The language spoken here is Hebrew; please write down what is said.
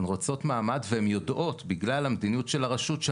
הן רוצות מעמד והן יודעות שבגלל המדיניות של הרשות,